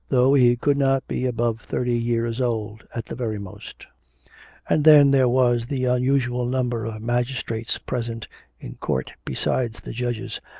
though he could not be above thirty years old at the very most and then there was the unusual number of magistrates present in court besides the judges,